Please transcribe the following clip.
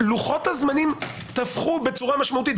לוחות הזמנים תפחו בצורה משמעותית,